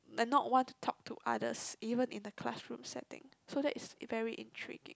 like not want to talk to others even in the classroom setting so that is very intriguing